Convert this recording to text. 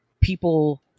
people